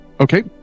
Okay